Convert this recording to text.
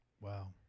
Wow